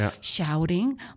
shouting